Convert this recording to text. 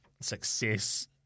success